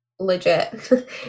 legit